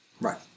Right